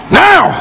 now